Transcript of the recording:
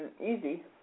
easy